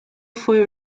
fue